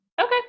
Okay